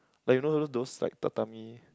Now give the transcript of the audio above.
like you know those those like tatami